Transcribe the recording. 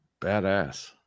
Badass